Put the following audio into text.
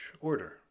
order